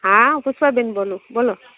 હા પુષ્પાબેન બોલો બોલો